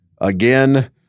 again